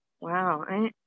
wow